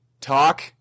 talk